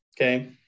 Okay